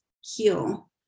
heal